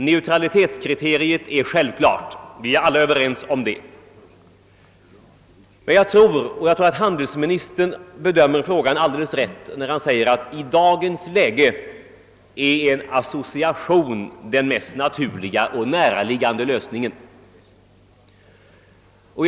<:Neutralitetskriteriet är självklart — vi är alla överens om detta — och jag tror att handelsministern be dömde frågan alldeles rätt då han framhöll, att en association är den mest naturliga och näraliggande lösningen i dagens läge.